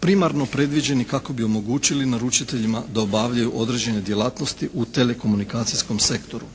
primarno predviđeni kako bi omogućili naručiteljima da obavljaju određene djelatnosti u telekomunikacijskom sektoru.